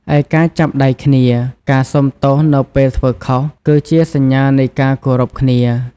ឯ ការចាប់ដៃគ្នា ការសុំទោសនៅពេលធ្វើខុស គឺជាសញ្ញានៃការគោរពគ្នា។